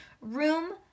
room